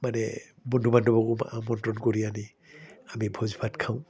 মানে বন্ধু বান্ধৱকো আমন্ত্ৰণ কৰি আনি আমি ভোজ ভাত খাওঁ